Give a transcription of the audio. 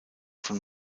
von